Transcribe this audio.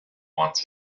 wants